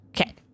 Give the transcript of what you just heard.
Okay